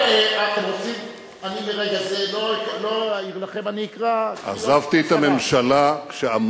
שלא יתקן את ההיסטוריה.